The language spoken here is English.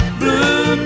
blue